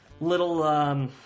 little